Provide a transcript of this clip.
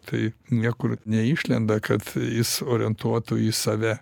tai niekur neišlenda kad jis orientuotų į save